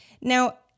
Now